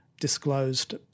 disclosed